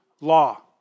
law